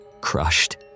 crushed